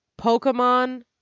Pokemon